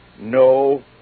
no